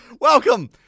welcome